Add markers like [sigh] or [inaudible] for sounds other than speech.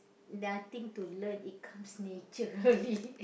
nothing to learn it comes naturally [laughs]